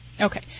Okay